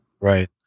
right